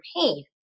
pain